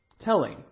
Telling